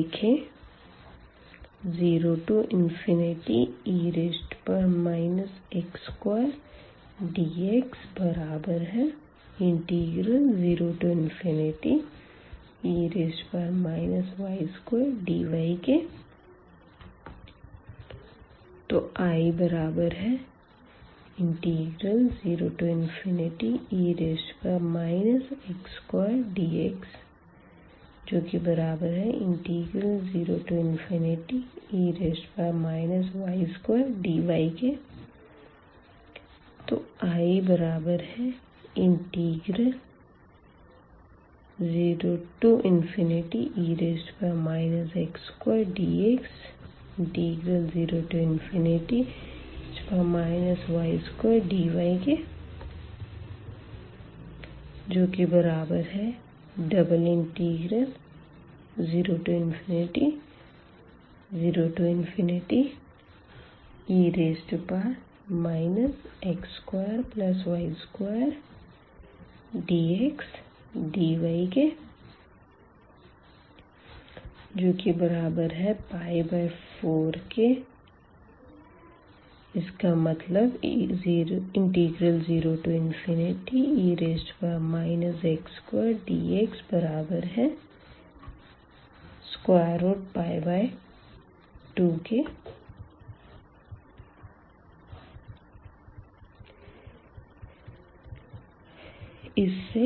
देखें 0e x2dx0e y2dy I0e x2dx0e y2dy I0e x2dx0e y2dy 00e x2y2dxdy 4 ⟹0e x2dx2 इस से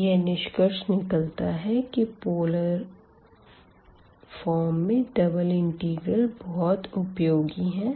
यह निष्कर्ष निकलता है की पोलर फ़ॉर्म में डबल इंटीग्रल बहुत उपयोगी है